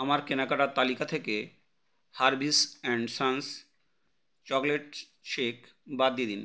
আমার কেনাকাটার তালিকা থেকে Harvis and Sons chocolate shake বাদ দিয়ে দিন